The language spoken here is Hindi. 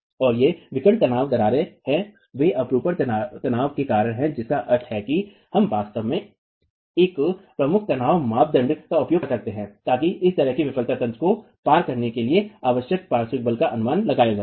और ये विकर्ण तनाव दरारें हैं वे अपरूपण तनाव के कारण हैं जिसका अर्थ है कि हम वास्तव में एक प्रमुख तनाव मानदंड का उपयोग कर सकते हैं ताकि इस तरह की विफलता तंत्र को पार करने के लिए आवश्यक पार्श्व बल का अनुमान लगाया जा सके